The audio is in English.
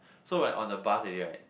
so when on the bus already right